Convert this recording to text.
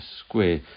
square